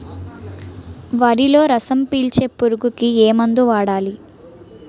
వరిలో రసం పీల్చే పురుగుకి ఏ మందు వాడాలి?